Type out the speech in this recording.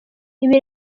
ibi